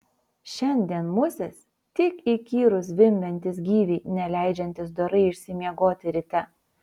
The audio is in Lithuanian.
šiandien musės tik įkyrūs zvimbiantys gyviai neleidžiantys dorai išsimiegoti ryte